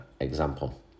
example